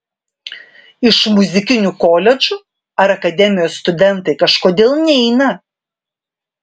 iš muzikinių koledžų ar akademijos studentai kažkodėl neina